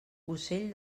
ocell